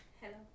Hello